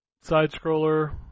Side-scroller